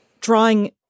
drawing